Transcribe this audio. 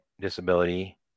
disability